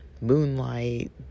moonlight